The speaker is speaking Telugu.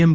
ఎం